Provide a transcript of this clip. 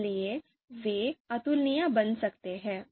इसलिए वे अतुलनीय बन सकते हैं